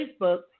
Facebook